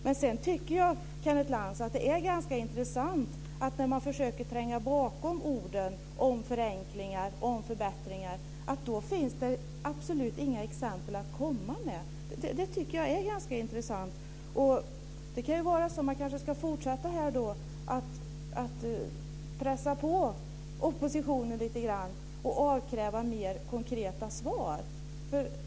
Men sedan tycker jag, Kenneth Lantz, att det är ganska intressant att när man försöker tränga bakom orden om förenklingar och om förbättringar så finns det absolut inga exempel att komma med. Det tycker jag är ganska intressant. Man kanske ska fortsätta att pressa på oppositionen lite grann och avkräva mer konkreta svar.